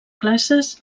classes